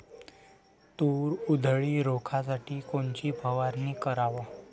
तूर उधळी रोखासाठी कोनची फवारनी कराव?